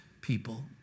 people